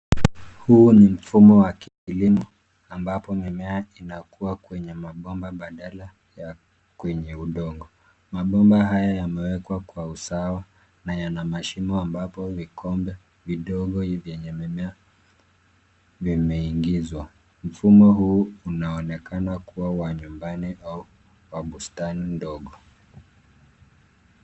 Huu ni mfumo wa kilimo ambapo mimea inakua kwenye mabomba badala ya kwenye udongo. Mabomba haya yamewekwa kwa usawa na yana mashimo ambapo vikombe vidogo vyenye mimea vimeingizwa. Mfumo huu unaonekana kuwa wa nyumbani au wa bustani ndogo.